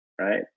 right